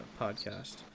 podcast